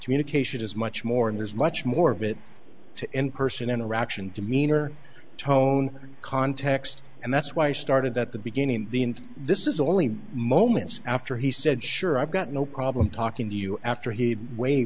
communication is much more and there's much more of it to end person interaction demeanor tone context and that's why i started at the beginning this is only moments after he said sure i've got no problem talking to you after he wave